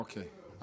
אוקיי.